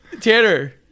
Tanner